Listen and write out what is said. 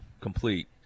complete